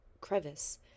crevice